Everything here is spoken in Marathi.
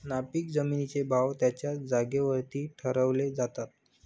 नापीक जमिनींचे भाव त्यांच्या जागेवरती ठरवले जातात